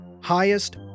highest